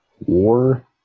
war